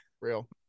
Real